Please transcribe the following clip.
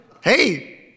hey